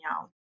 out